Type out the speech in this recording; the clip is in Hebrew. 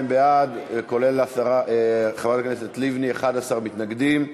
42 בעד, כולל חברת הכנסת לבני, 11 מתנגדים.